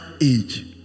age